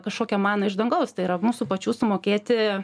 kažkokia man iš dangaus tai yra mūsų pačių sumokėti